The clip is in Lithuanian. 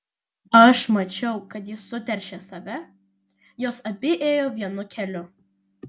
aš mačiau kad ji suteršė save jos abi ėjo vienu keliu